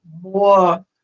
more